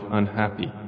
unhappy